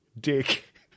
dick